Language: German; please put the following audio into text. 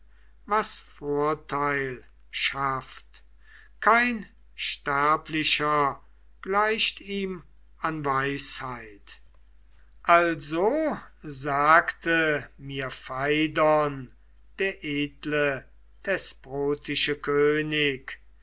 was vorteil schafft kein sterblicher gleicht ihm an weisheit also sagte mir pheidon der edle thesprotische könig